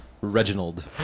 Reginald